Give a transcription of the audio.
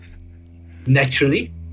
Naturally